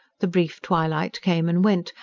the brief twilight came and went,